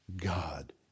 God